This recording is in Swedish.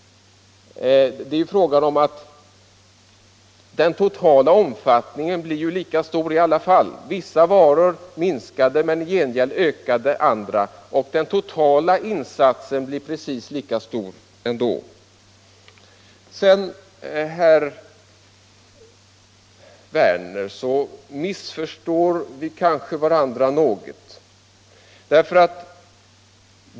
Den totala omfattningen blir ju lika stor i alla fall. Vissa varor minskade, men i gengäld ökade andra. Den totala insatsen blev precis lika stor ändå. Herr Werner i Malmö och jag kanske missförstår varandra något.